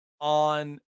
on